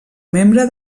membre